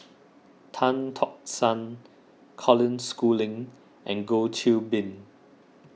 Tan Tock San Colin Schooling and Goh Qiu Bin